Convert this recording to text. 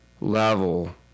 level